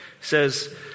says